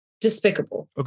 despicable